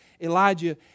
Elijah